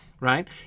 Right